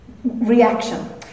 Reaction